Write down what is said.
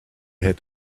had